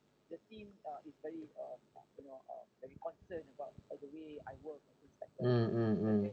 mm mm mm